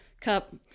cup